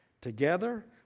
Together